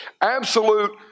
absolute